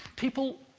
people